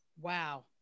Wow